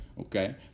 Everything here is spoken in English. okay